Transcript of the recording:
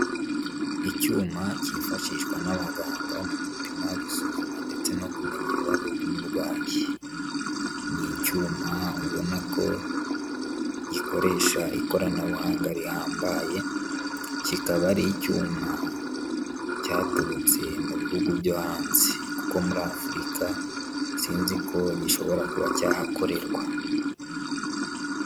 Icyuma kifashishwa n'abaganga mu gupima gusuzuma ndetse no kumenya ibibazo by'umurwayi, ni icyuma ubona ko gikoresha ikoranabuhanga rihambaye kikaba ari icyuma cyaturutse mu bihugu byo hanze kuko muri Afurika sinzi ko gishobora kuba cyahakorerwa.